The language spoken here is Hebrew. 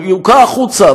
הוא יוקא החוצה,